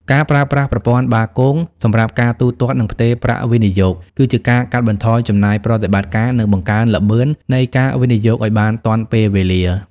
ការប្រើប្រាស់ប្រព័ន្ធបាគងសម្រាប់ការទូទាត់ និងផ្ទេរប្រាក់វិនិយោគ គឺជាការកាត់បន្ថយចំណាយប្រតិបត្តិការ និងបង្កើនល្បឿននៃការវិនិយោគឱ្យបានទាន់ពេលវេលា។